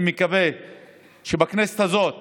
אני מקווה שבכנסת הזאת